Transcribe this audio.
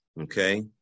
Okay